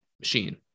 machine